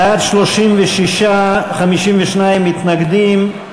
בעד, 52, 37 מתנגדים,